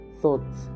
thoughts